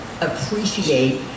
appreciate